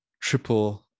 triple